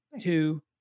two